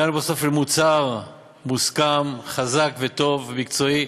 הגענו בסוף למוצר מוסכם, חזק וטוב, מקצועי.